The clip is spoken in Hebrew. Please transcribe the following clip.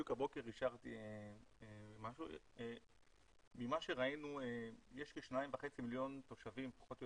בדיוק הבוקר אישרתי --- ממה שראינו יש כ-2.5 מיליון תושבים פחות או